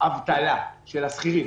אבטלה של השכירים,